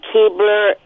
Keebler